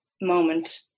moment